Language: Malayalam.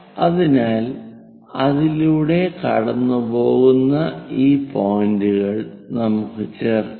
അതിനാൽ അതിലൂടെ കടന്നുപോകുന്ന ഈ പോയിന്റുകൾ നമുക്ക് ചേർക്കാം